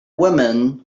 woman